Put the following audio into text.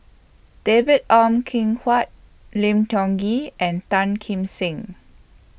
David Ong Kim Huat Lim Tiong Ghee and Tan Kim Seng